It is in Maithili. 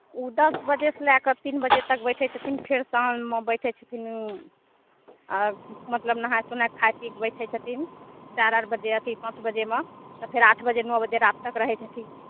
ओ दस बजे सऽ लै कऽ तीन बजे तक बैठै छथिन फेर साॅंझमे बैठै छथिन आ मतलब नहाय सोनाय कऽ खाई पी कऽ बैठै छथिन चारि आर बजे अथी पाॅंच बजेमे तऽ फेर आठ बजे नओ बजे राति तक रहै छथिन